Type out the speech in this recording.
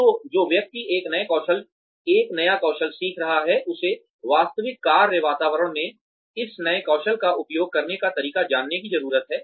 तो जो व्यक्ति एक नया कौशल सीख रहा है उसे वास्तविक कार्य वातावरण में इस नए कौशल का उपयोग करने का तरीका जानने की जरूरत है